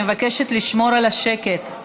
אני מבקשת לשמור על השקט.